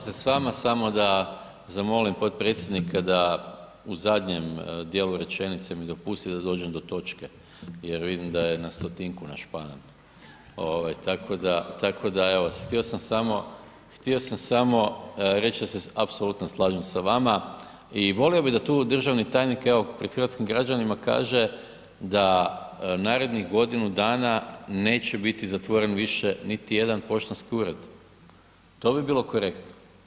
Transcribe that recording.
Slažem se s vama, samo da zamolim potpredsjednika da u zadnjem dijelu rečenice mi dopusti da dođem do točke jer vidim da je na stotinku našpanan, ovaj, tako da, tako da, evo htio sam samo, htio sam samo reć da se apsolutno slažem sa vama i volio bi da tu državni tajnik evo pred hrvatskim građanima kaže da narednih godinu dana neće biti zatvoren više niti jedan poštanski ured, to bi bilo korektno.